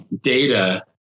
data